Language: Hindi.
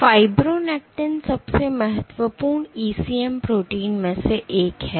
तो फाइब्रोनेक्टिन सबसे महत्वपूर्ण ECM प्रोटीन में से एक है